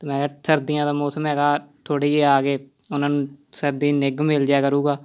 ਅਮੈਂ ਕਿਹਾ ਸਰਦੀਆਂ ਦਾ ਮੌਸਮ ਹੈਗਾ ਥੋੜ੍ਹੇ ਜਿਹੇ ਆ ਗਏ ਉਹਨਾਂ ਨੂੰ ਸਰਦੀ ਨਿੱਘ ਮਿਲ ਜਾਇਆ ਕਰੂਗਾ